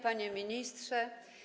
Panie Ministrze!